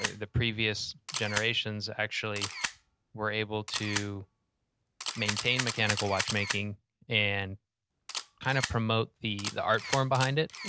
the previous generations actually were able to maintain mechanical watchmaking and kind of promote the the art form behind it,